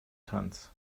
tanz